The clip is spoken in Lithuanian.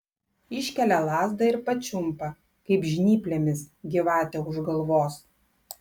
iškelia lazdą ir pačiumpa kaip žnyplėmis gyvatę už galvos